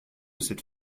cette